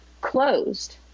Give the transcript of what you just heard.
closed